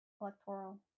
Electoral